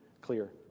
clear